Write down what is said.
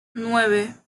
nueve